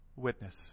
witness